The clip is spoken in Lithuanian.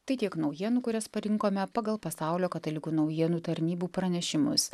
tai tiek naujienų kurias parinkome pagal pasaulio katalikų naujienų tarnybų pranešimus